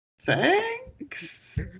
thanks